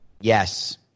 Yes